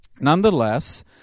Nonetheless